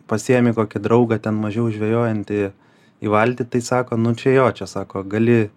pasiimi kokį draugą ten mažiau žvejojantį į valtį tai sako nu čia jo čia sako gali